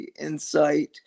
insight